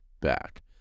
back